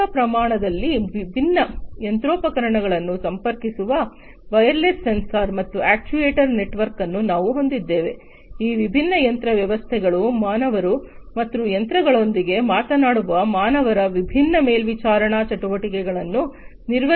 ಕೈಗಾರಿಕಾ ಪ್ರಮಾಣದಲ್ಲಿ ವಿಭಿನ್ನ ಯಂತ್ರೋಪಕರಣಗಳನ್ನು ಸಂಪರ್ಕಿಸುವ ವೈರ್ಲೆಸ್ ಸೆನ್ಸರ್ ಮತ್ತು ಅಕ್ಚುಯೆಟರ್ ನೆಟ್ವರ್ಕ್ ಅನ್ನು ನಾವು ಹೊಂದಿದ್ದೇವೆ ಈ ವಿಭಿನ್ನ ಯಂತ್ರ ವ್ಯವಸ್ಥೆಗಳು ಮಾನವರು ಮತ್ತು ಯಂತ್ರಗಳೊಂದಿಗೆ ಮಾತನಾಡುವ ಮಾನವರ ವಿಭಿನ್ನ ಮೇಲ್ವಿಚಾರಣಾ ಚಟುವಟಿಕೆಗಳನ್ನು ನಿರ್ವಹಿಸುವ ಕೆಲಸ ಮಾಡುತ್ತವೆ